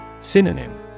Synonym